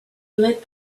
lit